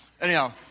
Anyhow